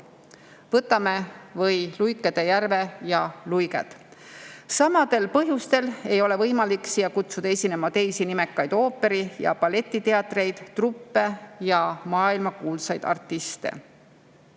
võtame kas või "Luikede järve" ja luiged. Samadel põhjustel ei ole võimalik siia kutsuda esinema teisi nimekaid ooperi- ja balletiteatreid, -truppe ja maailmakuulsaid artiste.